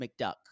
McDuck